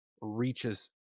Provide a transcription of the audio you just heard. reaches